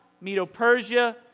Medo-Persia